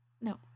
No